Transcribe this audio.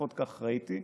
לפחות כך ראיתי,